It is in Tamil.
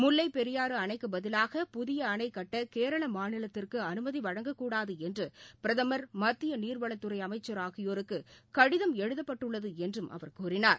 முல்லைப் பெரியாறு அணைக்குப் பதிவாக புதிய அணை கட்ட கேரள மாநிலத்திற்கு அனுமதி வழங்கக்கூடாது என்று பிரதமர் மத்திய நீர்வளத்துறை அமைச்சர் ஆகியோருக்கு கடிதம் எழுதப்பட்டுள்ளது என்றும் அவர் கூறினார்